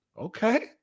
okay